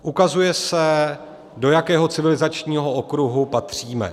Ukazuje se, do jakého civilizačního okruhu patříme.